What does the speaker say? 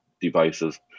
devices